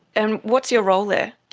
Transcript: and what's your role there?